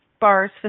bars